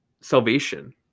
salvation